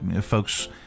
folks